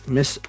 Miss